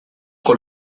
con